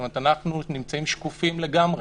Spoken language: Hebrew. זאת אומרת שאנחנו שקופים לגמרי,